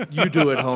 you do it, holmes.